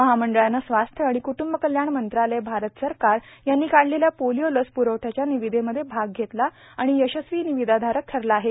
महामंडळानं स्वास्थ्य आणि कुटुंब कल्याण मंत्रालयए भारत सरकार यांनी काढलेल्या पोलिओ लस प्रवठा निविदेमध्ये भाग घेतला आणि यशस्वी निविदाधारक ठरला आहे